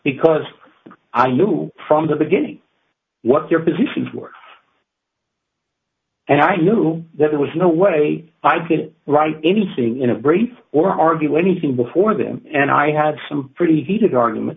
because i knew from the beginning what their positions were and i knew that there was no way i didn't write anything in a brief or argue anything before them and i had some pretty heated argument